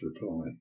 reply